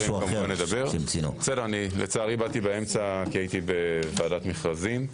לצערי באתי באמצע כי הייתי בוועדת מכרזים.